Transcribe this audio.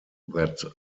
that